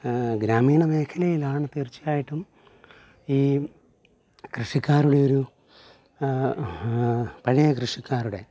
ഗ്രാമീണ മേഖലയിലാണ് തീർ ച്ചയായിട്ടും ഈ കൃഷിക്കാരുടെ ഒരു പഴയ കൃഷിക്കാരുടെ